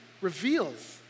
reveals